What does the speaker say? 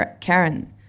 Karen